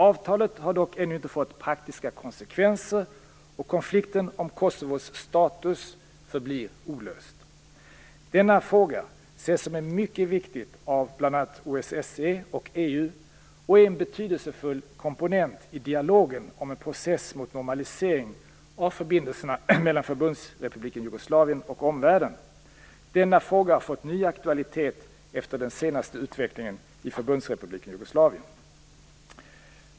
Avtalet har dock ännu inte fått praktiska konsekvenser och konflikten om Kosovos status förblir olöst. Denna fråga ses som mycket viktig av bl.a. OSSE och EU och är en betydelsefull komponent i dialogen om en process mot en normalisering av förbindelserna mellan Förbundsrepubliken Jugoslavien och omvärlden. Denna fråga har fått ny aktualitet efter den senaste utvecklingen i Förbundsrepubliken Jugoslavien.